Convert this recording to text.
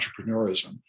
entrepreneurism